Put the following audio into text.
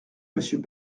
monsieur